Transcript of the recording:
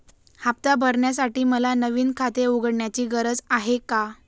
हफ्ता भरण्यासाठी मला नवीन खाते उघडण्याची गरज आहे का?